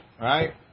Right